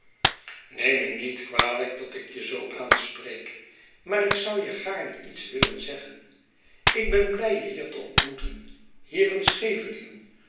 neem me niet kwalijk dat ik je zoo aanspreek maar ik zoû je gaarne iets willen zeggen ik ben blij je hier te ontmoeten hier in scheveningen